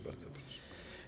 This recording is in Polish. Bardzo proszę.